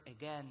again